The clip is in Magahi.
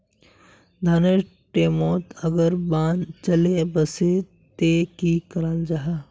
धानेर टैमोत अगर बान चले वसे ते की कराल जहा?